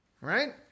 right